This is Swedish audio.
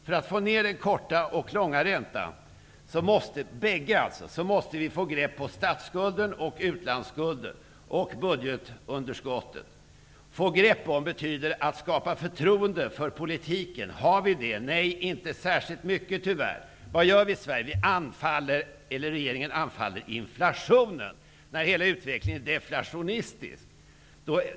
För att få ner den korta och långa räntan måste vi få grepp om statsskulden, utlandsskulden och budgetunderskottet. Att få grepp om betyder att skapa förtroende för politiken. Har vi förtroende för politiken? Nej, tyvärr inte särskilt mycket. Vad gör vi i Sverige? Regeringen anfaller inflationen när hela utvecklingen är deflationistisk.